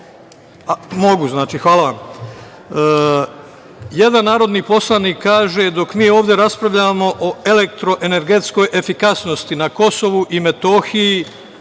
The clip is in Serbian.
Mogu znači. Hvala vam. Jedan narodni poslanik kaže – dok mi ovde raspravljamo o elektroenergetskoj efikasnosti na Kosovu i Metohiji